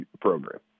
program